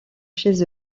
chez